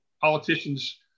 politicians